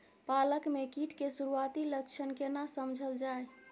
पालक में कीट के सुरआती लक्षण केना समझल जाय?